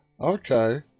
Okay